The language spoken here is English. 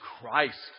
Christ